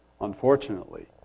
unfortunately